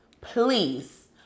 please